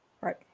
Right